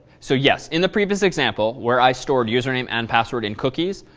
so, yes. in the previous example, where i stored username and password in cookies?